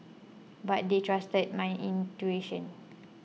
but they trusted my intuition